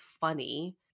funny